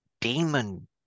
demon